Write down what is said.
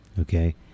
okay